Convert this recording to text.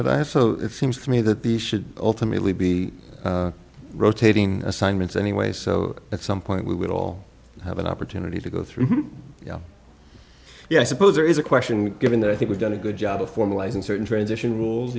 have so it seems to me that the should ultimately be rotating assignments anyway so at some point we would all have an opportunity to go through yeah i suppose there is a question given that i think we've done a good job of formalizing certain transition rules